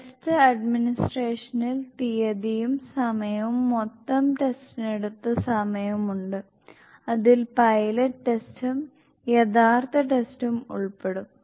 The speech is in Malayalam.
ടെസ്റ്റ് അഡ്മിനിസ്ട്രേഷനിൽ തിയതിയും സമയവും മൊത്തം ടെസ്റ്റിനെടുത്ത സമയവും ഉണ്ട് അതിൽ പൈലറ്റ് ടെസ്റ്റും യഥാർത്ഥ ടെസ്റ്റും ഉൾപ്പെടും